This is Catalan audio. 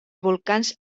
volcans